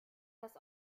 das